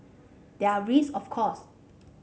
there are risk of course